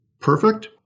perfect